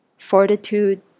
fortitude